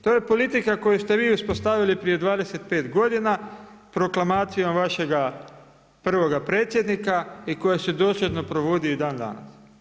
To je politika koju ste vi uspostavili prije 25 godina proklamacijom vašega prvoga predsjednika i koje se dosljedno provodi i dan danas.